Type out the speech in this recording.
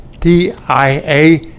TIA